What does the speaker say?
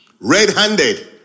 red-handed